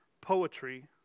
poetry